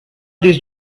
these